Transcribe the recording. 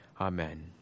Amen